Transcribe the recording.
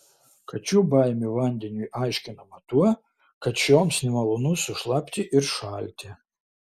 kačių baimė vandeniui aiškinama tuo kad šioms nemalonu sušlapti ir šalti